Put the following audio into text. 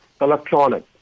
electronic